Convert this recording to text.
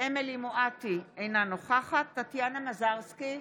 אמילי חיה מואטי, אינה נוכחת טטיאנה מזרסקי,